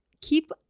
keep